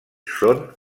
són